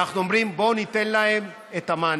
אנחנו אומרים: בוא ניתן להם את המענק.